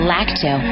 Lacto